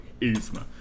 Isma